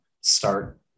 start